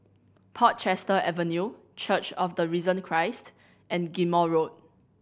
Portchester Avenue Church of the Risen Christ and Ghim Moh Road